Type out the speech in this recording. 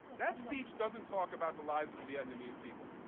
that speech doesn't talk about the lives of the vietnamese people.